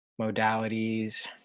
modalities